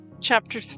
Chapter